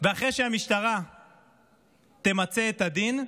ואחרי שהמשטרה תמצה את הדין,